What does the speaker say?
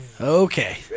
okay